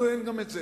לנו אין גם את זה.